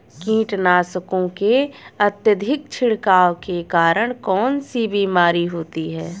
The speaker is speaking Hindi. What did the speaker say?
कीटनाशकों के अत्यधिक छिड़काव के कारण कौन सी बीमारी होती है?